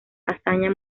hazaña